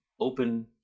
open